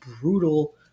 brutal